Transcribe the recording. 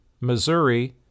Missouri